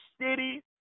city